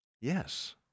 Yes